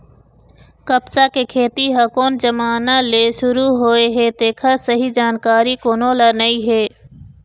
कपसा के खेती ह कोन जमाना ले सुरू होए हे तेखर सही जानकारी कोनो ल नइ हे